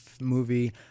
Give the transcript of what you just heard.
movie